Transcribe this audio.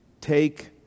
take